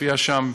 להופיע שם,